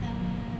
uh